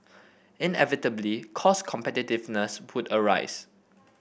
inevitably cost competitiveness arise